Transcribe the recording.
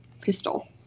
pistol